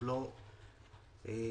אחד-אחד.